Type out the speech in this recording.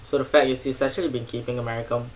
so the fact is essentially been keeping america